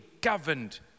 governed